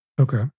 Okay